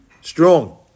strong